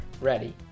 ready